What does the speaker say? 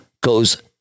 goes